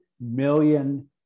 million